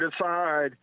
decide